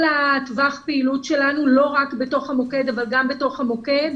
טווח הפעילות שלנו ולא רק בתוך המוקד אבל גם בתוך המוקד,